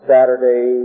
Saturday